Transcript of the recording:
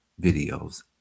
videos